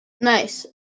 Nice